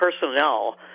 personnel